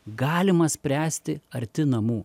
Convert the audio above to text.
galima spręsti arti namų